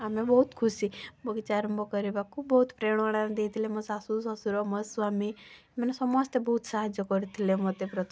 ଆମେ ବହୁତ ଖୁସି ବଗିଚା ଆରମ୍ଭ କରିବାକୁ ବହୁତ ପ୍ରେରଣା ଦେଇଥିଲେ ମୋ ଶାଶୁ ଶ୍ୱଶୁର ମୋ ସ୍ୱାମୀ ମାନେ ସମସ୍ତେ ବହୁତ ସାହାଯ୍ୟ କରିଥିଲେ ମୋତେ ପ୍ରଥମେ